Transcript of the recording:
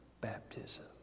baptism